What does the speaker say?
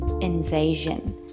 Invasion